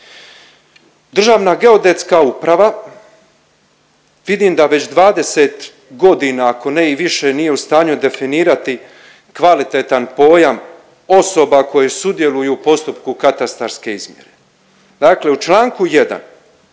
Državna geodetska uprava vidim da već 30 godina ako ne i više nije u stanju definirati kvalitetan pojam osoba koje sudjeluju u postupku katastarske izmjere. Dakle u čl. 1